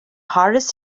hardest